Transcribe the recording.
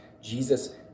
jesus